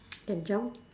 can jump